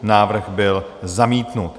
Návrh byl zamítnut.